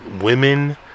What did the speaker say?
women